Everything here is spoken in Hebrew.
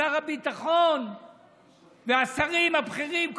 ושר הביטחון והשרים הבכירים,